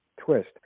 twist